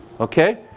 okay